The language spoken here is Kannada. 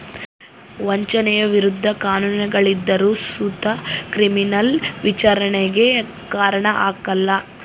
ವಂಚನೆಯ ವಿರುದ್ಧ ಕಾನೂನುಗಳಿದ್ದರು ಸುತ ಕ್ರಿಮಿನಲ್ ವಿಚಾರಣೆಗೆ ಕಾರಣ ಆಗ್ಕಲ